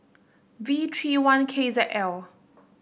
V three one K Z L